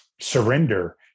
surrender